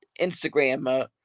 Instagram